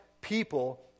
people